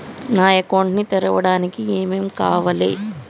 నా అకౌంట్ ని తెరవడానికి ఏం ఏం కావాలే?